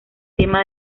tema